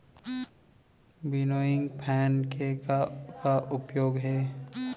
Winnowing fan के का का उपयोग हे?